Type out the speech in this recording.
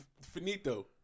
finito